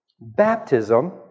baptism